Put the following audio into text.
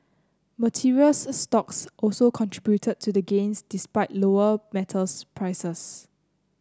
materials stocks also contributed to the gains despite lower metals prices